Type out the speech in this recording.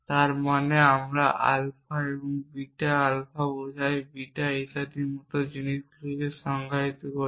তার মানে আমরা আলফা এবং বিটা আলফা বোঝায় বিটা ইত্যাদির মতো জিনিসগুলিকে সংজ্ঞায়িত করি